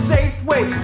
Safeway